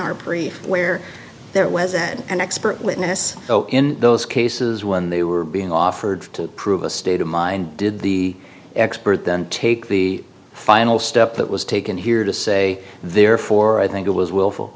our brief where there was an expert witness in those cases when they were being offered to prove a state of mind did the the expert then take the final step that was taken here to say therefore i think it was willful